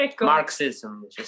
Marxism